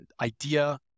idea